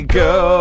go